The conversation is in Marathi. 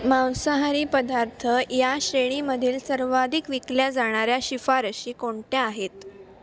मांसाहारी पदार्थ या श्रेणीमधील सर्वाधिक विकल्या जाणाऱ्या शिफारशी कोणत्या आहेत